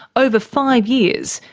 over five years,